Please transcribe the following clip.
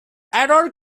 error